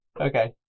Okay